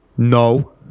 No